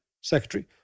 Secretary